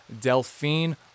Delphine